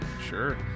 Sure